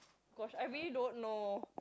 gosh I really don't know